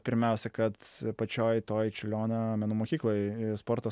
pirmiausia kad pačioj toj čiurlionio menų mokykloj sporto